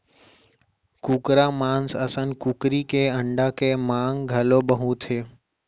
कुकरा मांस असन कुकरी के अंडा के मांग घलौ बहुत हे